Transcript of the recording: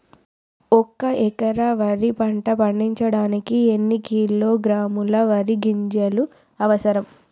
ఒక్క ఎకరా వరి పంట పండించడానికి ఎన్ని కిలోగ్రాముల వరి గింజలు అవసరం?